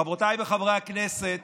חברותיי וחבריי חברי הכנסת,